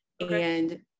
and-